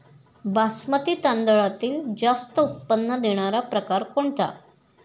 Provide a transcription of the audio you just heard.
बासमती तांदळातील जास्त उत्पन्न देणारा प्रकार कोणता?